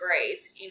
degrees